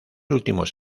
últimos